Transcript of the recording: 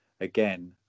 again